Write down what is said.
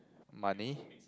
money